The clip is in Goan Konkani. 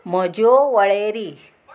म्हज्यो वळेरी